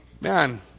Man